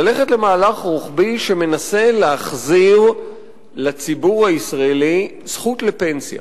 ללכת למהלך רוחבי שמנסה להחזיר לציבור הישראלי זכות לפנסיה.